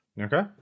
Okay